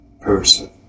person